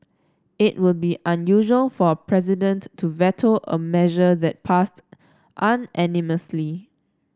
it would be unusual for a president to veto a measure that passed unanimously